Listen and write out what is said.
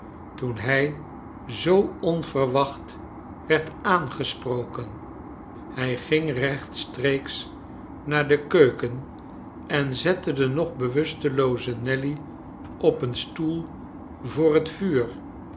toen hij zoo onverwacht werd aangesproken hij ging rechtstreeks naar de keuken en zette de nog bewustelooze nelly op een stoel voor het vuur